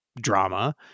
drama